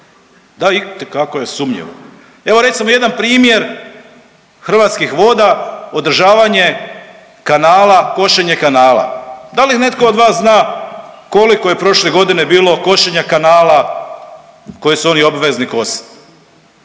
Da, itekako je sumnjivo. Evo recimo jedan primjer Hrvatskih voda održavanje kanala, košenje kanala. Da li netko od vas zna koliko je prošle godine bilo košenja kanala koje su oni obvezni kositi?